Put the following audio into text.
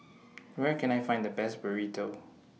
Where Can I Find The Best Burrito